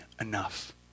enough